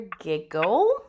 giggle